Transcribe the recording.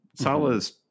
Salah's